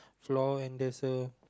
floor and there's a